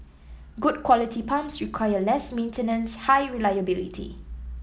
good quality pumps require less maintenance high reliability